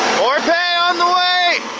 more pay on the way!